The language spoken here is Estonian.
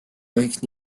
tohiks